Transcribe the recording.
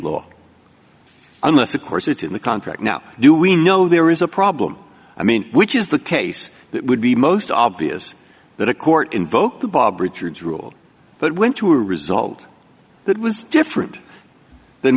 law unless of course it's in the contract now do we know there is a problem i mean which is the case that would be most obvious that a court invoked the bob richards rule that went to a result that was different than